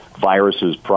viruses